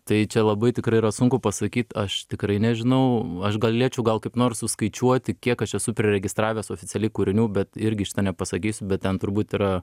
tai čia labai tikrai yra sunku pasakyt aš tikrai nežinau aš galėčiau gal kaip nors suskaičiuoti kiek aš esu priregistravęs oficialiai kūrinių bet irgi šito nepasakysiu bet ten turbūt yra